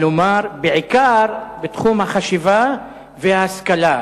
כלומר, בעיקר בתחום החשיבה וההשכלה.